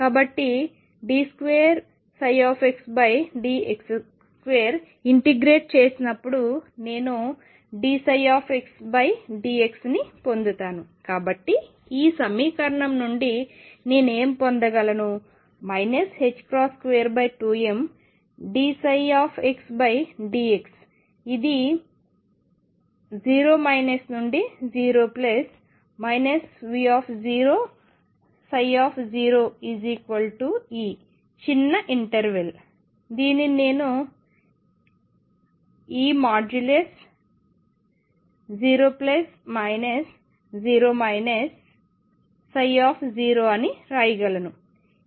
కాబట్టి d2xdx2 integrate చేసినప్పుడు నేను dψxdx ని పొందుతాను కాబట్టి ఈ సమీకరణం నుండి నేను ఏమి పొందగలను 22m dψxdx ఇది 0 నుండి 0 V0ψ E చిన్న ఇంటర్వెల్ దీనిని నేను E 0 0 ψఅని వ్రాయగలను